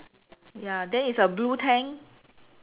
ya then is a blue tank